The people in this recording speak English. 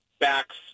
backs